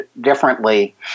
differently